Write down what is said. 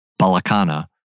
Balakana